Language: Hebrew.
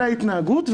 ההתנהגות.